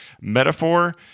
metaphor